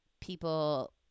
people